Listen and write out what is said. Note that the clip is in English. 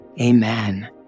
Amen